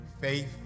faith